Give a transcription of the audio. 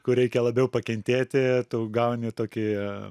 kur reikia labiau pakentėti tu gauni tokį